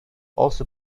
also